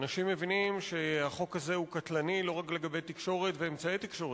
אנשים מבינים שהחוק הזה הוא קטלני לא רק לגבי תקשורת ואמצעי תקשורת,